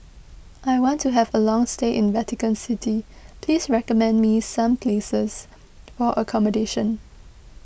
I want to have a long stay in Vatican City please recommend me some places for accommodation